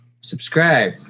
subscribe